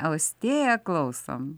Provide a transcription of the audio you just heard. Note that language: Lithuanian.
austėja klausom